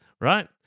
right